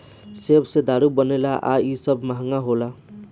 सेब से दारू बनेला आ इ सब महंगा होला